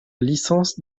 licence